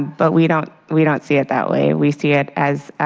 but we don't we don't see it that way. we see it as